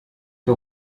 que